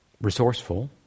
resourceful